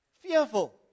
fearful